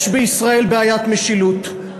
יש בישראל בעיית משילות,